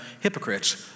hypocrites